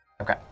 Okay